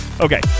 Okay